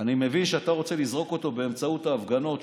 אני מבין שאתה רוצה לזרוק אותו באמצעות ההפגנות,